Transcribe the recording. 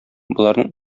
боларның